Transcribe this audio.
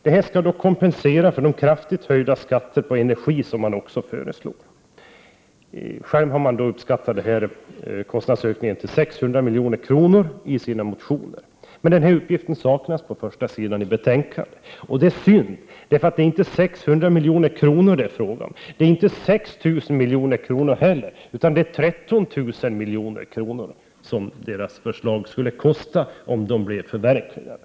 Det här skall kompensera de kraftiga höjningarna av skatten på energi som man också föreslår. Miljöpartiet har i sina motioner uppskattat kostnaderna till 600 milj.kr. Men uppgiften saknas på betänkandets första sida. Det är synd, eftersom det inte är fråga om 600 milj.kr., inte heller om 6 000 milj.kr., utan om 13 000 milj.kr. Så mycket skulle det kosta att förverkliga miljöpartiets förslag.